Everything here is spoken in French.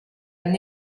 une